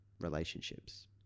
relationships